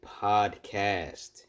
Podcast